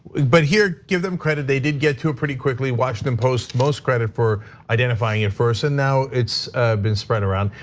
but here give them credit, they did get to a pretty quickly washington post most credit for identifying it first, and now it's been spread around.